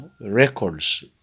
records